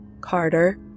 Carter